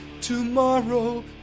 tomorrow